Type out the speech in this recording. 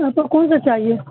آپ کو کون سا چاہیے